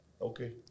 okay